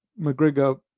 McGregor